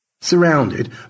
surrounded